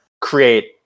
create